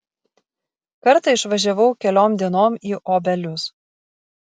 kartą išvažiavau keliom dienom į obelius